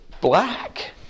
black